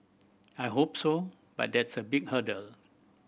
I hope so but that's a big hurdle